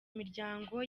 imiryango